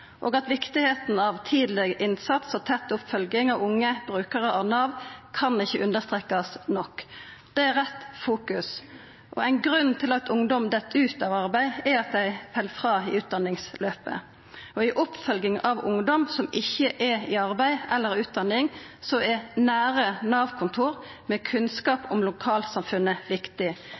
og at viktigheita av tidleg innsats og tett oppfølging av unge brukarar av Nav ikkje kan understrekast nok. Det er rett fokus. Ein grunn til at ungdom fell ut av arbeid, er at dei fell frå i utdanningsløpet. I oppfølginga av ungdom som ikkje er i arbeid eller utdanning, er nære Nav-kontor med kunnskap om lokalsamfunnet viktig.